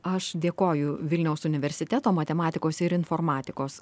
aš dėkoju vilniaus universiteto matematikos ir informatikos